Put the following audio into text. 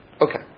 Okay